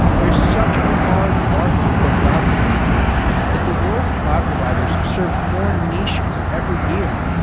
there's such a large market for cloud computing that the world of cloud providers servers more niches every year.